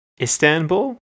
istanbul